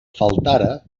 faltara